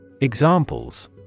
Examples